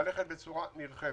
צריך ללכת בצורה נרחבת.